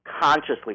consciously